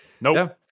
Nope